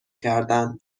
کردند